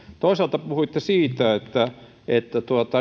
toisaalta puhuitte siitä että että